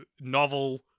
novel